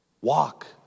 Walk